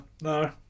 No